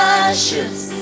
ashes